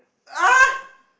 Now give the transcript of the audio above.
!huh!